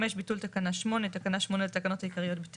ביטול תקנה 9 5.תקנה 8 לתקנות העיקריות בטלה.